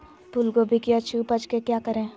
फूलगोभी की अच्छी उपज के क्या करे?